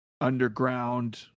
underground